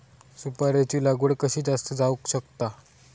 सुपारीची लागवड कशी जास्त जावक शकता?